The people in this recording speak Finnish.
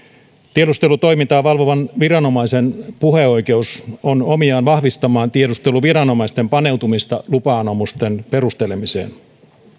tiedustelutoimintaa valvovan viranomaisen puheoikeus on omiaan vahvistamaan tiedusteluviranomaisten paneutumista lupa anomusten perustelemiseen